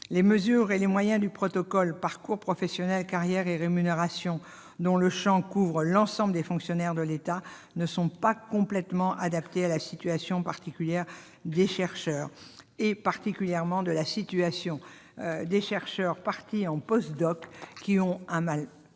Les mesures et les moyens du protocole « Parcours professionnels, carrières et rémunérations », dont le champ couvre l'ensemble des fonctionnaires de l'État, ne sont pas complètement adaptés à la situation des chercheurs, particulièrement à la situation des chercheurs ayant effectué un